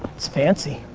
it's fancy.